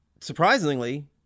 surprisingly